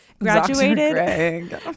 graduated